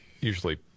Usually